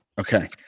okay